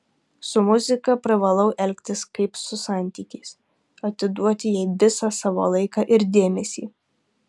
su muzika privalau elgtis kaip su santykiais atiduoti jai visą savo laiką ir dėmesį